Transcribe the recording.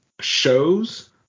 shows